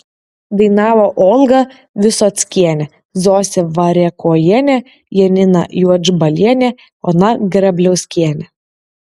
dainavo olga visockienė zosė variakojienė janina juodžbalienė ona grebliauskienė